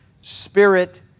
spirit